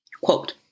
Quote